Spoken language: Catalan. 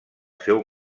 seu